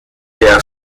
der